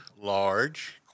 large